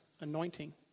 anointing